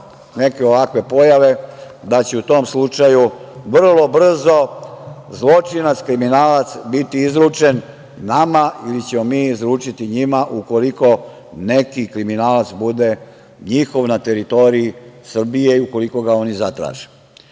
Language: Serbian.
neke ovakve pojave da će u tom slučaju vrlo brzo zločinac, kriminalac biti izručen nama ili ćemo mi izručiti njima, ukoliko neki kriminalac bude njihov na teritoriji Srbije i ukoliko ga oni zatraže. Što